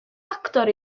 actor